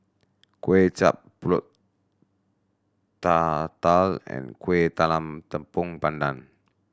Kway Chap Pulut Tatal and Kueh Talam Tepong Pandan